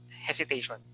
hesitation